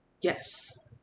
yes